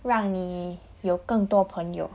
让你有更多朋友